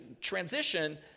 transition